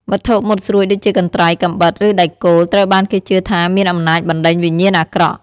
វត្ថុមុតស្រួចដូចជាកន្ត្រៃ កាំបិត ឬដែកគោល ត្រូវបានគេជឿថាមានអំណាចបណ្ដេញវិញ្ញាណអាក្រក់។